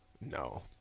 No